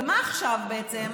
ומה עכשיו, בעצם?